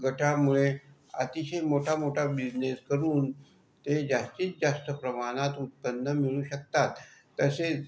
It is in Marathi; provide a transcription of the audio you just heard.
गटामुळे अतिशय मोठा मोठा बिझनेस करून ते जास्तीत जास्त प्रमाणात उत्पन्न मिळवू शकतात तसेच